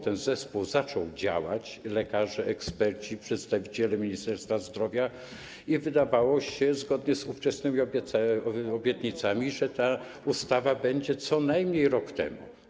Ten zespół zaczął działać - lekarze, eksperci, przedstawiciele Ministerstwa Zdrowia - i wydawało się, zgodnie z ówczesnymi obietnicami, że ta ustawa będzie co najmniej rok temu.